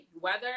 weather